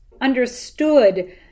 understood